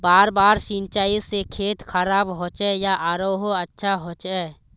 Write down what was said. बार बार सिंचाई से खेत खराब होचे या आरोहो अच्छा होचए?